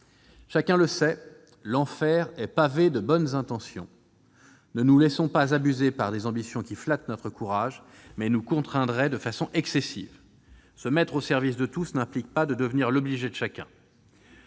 Chacun le sait, l'enfer est pavé de bonnes intentions. Ne nous laissons pas abuser par des ambitions qui flattent notre courage, mais nous contraindraient de façon excessive. Se mettre au service de tous n'implique pas de devenir l'obligé de chacun.